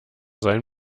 seien